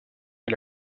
est